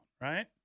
right